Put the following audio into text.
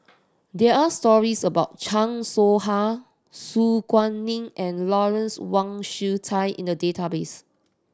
there are stories about Chan Soh Ha Su Guaning and Lawrence Wong Shyun Tsai in the database